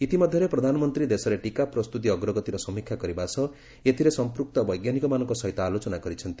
ଇତିମଧ୍ୟରେ ପ୍ରଧାନମନ୍ତ୍ରୀ ଦେଶରେ ଟୀକା ପ୍ରସ୍ତୁତି ଅଗ୍ରଗତିର ସମୀକ୍ଷା କରିବା ସହ ଏଥିରେ ସମ୍ପୁକ୍ତ ବୈଜ୍ଞାନିକମାନଙ୍କ ସହିତ ଆଲୋଚନା କରିଛନ୍ତି